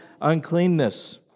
uncleanness